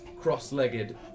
cross-legged